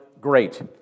great